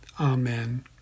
Amen